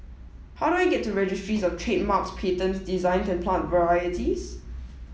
how do I get to Registries Of Trademarks Patents and Plant Varieties